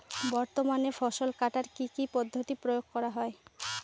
বর্তমানে ফসল কাটার কি কি পদ্ধতি প্রয়োগ করা হয়?